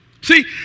See